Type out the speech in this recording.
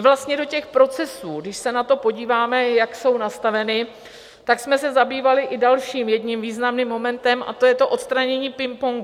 Vlastně do těch procesů, když se na to podíváme, jak jsou nastaveny, tak jsme se zabývali i dalším jedním významným momentem, a to je to odstranění pingpongu.